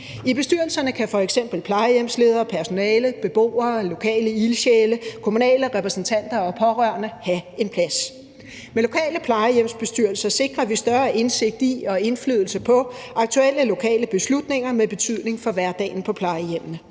I bestyrelserne kan f.eks. plejehjemsleder, personale, beboere, lokale ildsjæle, kommunale repræsentanter og pårørende have en plads. Med lokale plejehjemsbestyrelser sikrer vi større indsigt i og indflydelse på aktuelle lokale beslutninger med betydning for hverdagen på plejehjemmene.